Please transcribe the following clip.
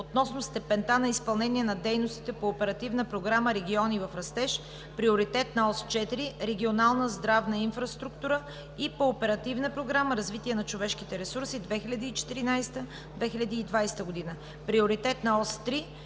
относно степента на изпълнение на дейностите по оперативна програма „Региони в растеж“, приоритетна ос 4 „Регионална здравна инфраструктура“ и по Оперативна програма „Развитие на човешките ресурси 2014 – 2020 г.“, приоритетна ос 3